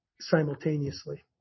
simultaneously